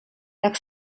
tak